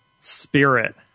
spirit